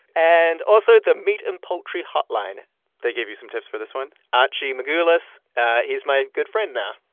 and also the meat and poultry hotline they gave you some tips for this one? archie magoulas he's my good friend now